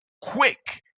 Quick